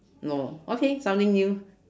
no okay something new